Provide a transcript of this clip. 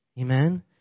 Amen